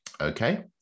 okay